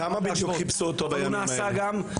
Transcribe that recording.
כמה בעצם חיפשו אותו בימים האלה?